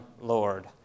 Lord